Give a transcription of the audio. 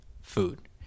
food